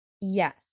Yes